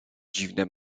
dziwne